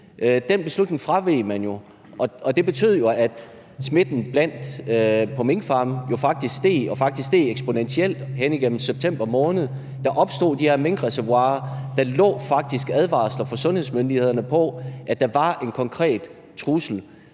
Den beslutning om at fravige det betød jo, at smitten på minkfarmene steg og faktisk steg eksponentielt igennem september måned. Der opstod de her minkreservoirer. Og der lå faktisk advarsler fra sundhedsmyndighederne om, at der var en konkret trussel.